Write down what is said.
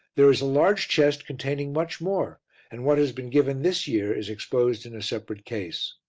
there is a large chest containing much more and what has been given this year is exposed in a separate case.